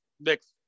next